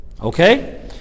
okay